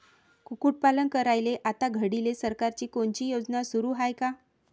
कुक्कुटपालन करायले आता घडीले सरकारची कोनची योजना सुरू हाये का?